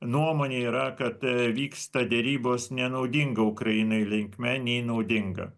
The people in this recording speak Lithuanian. nuomonė yra kad vyksta derybos nenaudinga ukrainai linkme nei naudinga